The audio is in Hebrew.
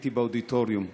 הייתי באודיטוריום.